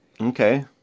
Okay